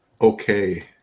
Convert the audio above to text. okay